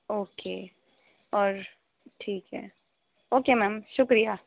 okay اور ٹھیک ہے اوکے میم شکریہ